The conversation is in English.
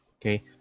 okay